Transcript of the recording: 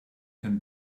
can